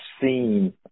seen